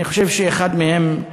אני חושב שאחד מהם,